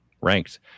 ranked